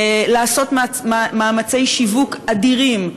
לעשות מאמצי שיווק אדירים,